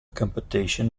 competition